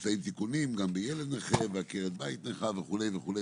מוצעים תיקונים גם בילד נכה ועקרת בית נכה וכו'.